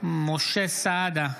משה סעדה,